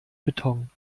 beton